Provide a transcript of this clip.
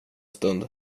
stund